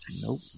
Nope